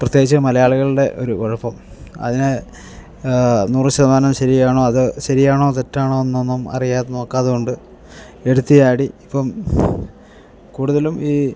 പ്രത്യേകിച്ച് മലയാളികളുടെ ഒരു കുഴപ്പം അതിന് നൂറു ശതമാനം ശരിയാണോ അത് ശരിയാണോ തെറ്റാണോ എന്നൊന്നും അറിയാതെ നോക്കാതെ കണ്ട് എടുത്തുചാടി ഇപ്പം കൂടുതലും ഈ